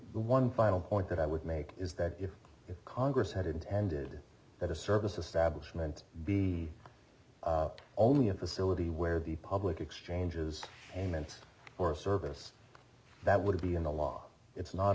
surety one final point that i would make is that if congress had intended that a service establishment be only a facility where the public exchanges payments or service that would be in the law it's not